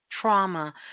trauma